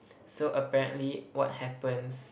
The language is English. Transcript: so apparently what happens